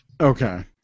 Okay